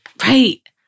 Right